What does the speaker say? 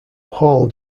hall